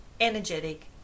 energetic